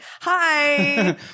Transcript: hi